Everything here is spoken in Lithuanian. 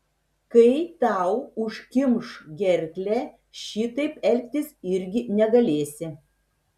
kai tau užkimš gerklę šitaip elgtis irgi negalėsi